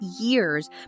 years